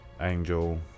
Angel